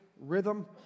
Rhythm